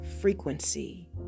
frequency